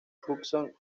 hudson